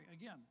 again